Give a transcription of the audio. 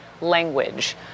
language